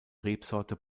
rebsorte